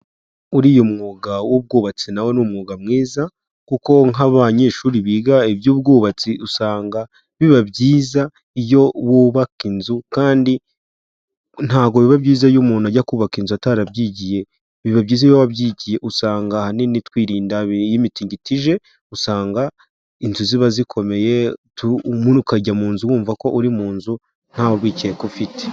Uriya mwuga w'ubwubatsi na wo ni umwuga mwiza kuko nk'abanyeshuri biga iby'ubwubatsi usanga biba byiza, iyo wubaka inzu kandi ntabwo biba byiza iyo umuntu ajya kubaka inzu atarabyigiye, biba byiza iyo wabyigiye usanga ahanini twirinda imitingito ije, usanga inzu ziba zikomeye mura ukajya mu nzu wumva ko uri mu nzu nta rwikekwe ufite.